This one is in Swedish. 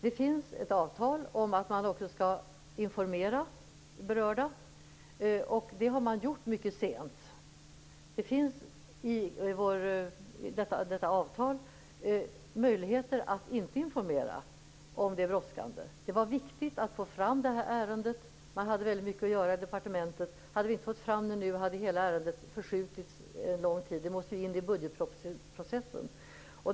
Det finns ett avtal om att man också skall informera berörda. Det har man gjort mycket sent. Det finns i detta avtal möjligheter att inte informera om det är brådskande. Det var viktigt att få fram detta ärende. Man hade väldigt mycket att göra i departementet. Om vi inte hade fått fram det nu hade hela ärendet förskjutits lång tid. Det måste ju in i budgetprocessen.